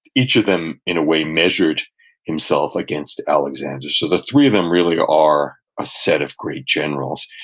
each of them, in a way, measured himself against alexander, so the three of them really are a set of great generals.